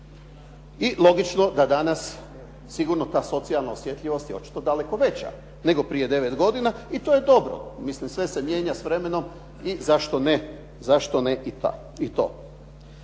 I logično da danas sigurno ta socijalna osjetljivost je očito daleko veća nego prije devet godina i to je dobro. Mislim, sve se mijenja s vremenom i zašto ne i to.